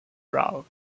brow